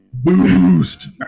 Boost